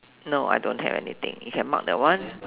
no I don't have anything you can mark that one